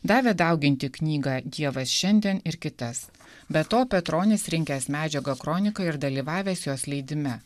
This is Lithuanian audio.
davė dauginti knygą dievas šiandien ir kitas be to petronis rinkęs medžiagą kronikai ir dalyvavęs jos leidime